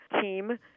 team